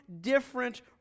different